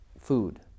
food